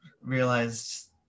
realized